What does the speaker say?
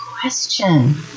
question